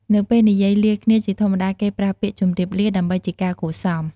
នៅពេលនិយាយលាគ្នាជាធម្មតាគេប្រើពាក្យ "ជំរាបលា" ដើម្បីជាការគួរសម។